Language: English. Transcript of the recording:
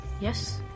Yes